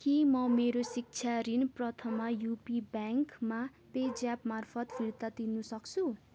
के म मेरो शिक्षा ऋण प्रथमा युपी ब्याङ्कमा पे ज्याप मार्फत फिर्ता तिर्न सक्छु